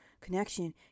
connection